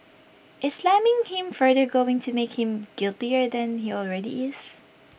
is slamming him further going to make him guiltier than he already is